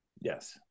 Yes